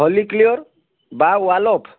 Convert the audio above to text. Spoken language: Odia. ଫଲୀକ୍ଲିୟର ବା ୱାଲୋପ୍